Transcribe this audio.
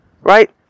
right